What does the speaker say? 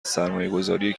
سرمایهگذاری